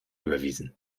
überwiesen